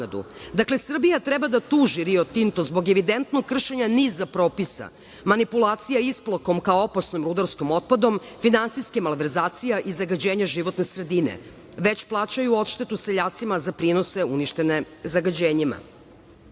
Srbija treba da tuži "Rio Tinto" zbog evidentnog kršenja niza propisa, manipulacija isplakom kao opasnim rudarskim otpadom, finansijska malverzacija i zagađenje životne sredine. Već plaćaju odštetu seljacima za prinose uništene zagađenjima. Aleksandar